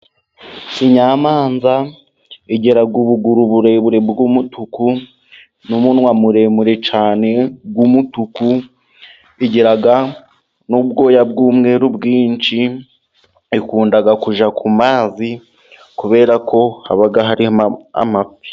Inyamanza igira ubuguru burebure bw'umutuku, n'umunwa muremure cyane w'umutuku, igira n'ubwoya bw'umweru bwinshi. Ikunda kujya ku mazi, kubera ko haba harimo amafi.